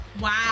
Wow